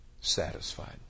Satisfied